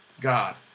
God